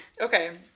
Okay